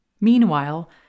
Meanwhile